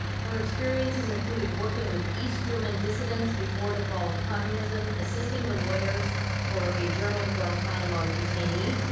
her experiences included working with east german dissidents before the fall of communism, assisting the lawyers for a german guantanamo detainee,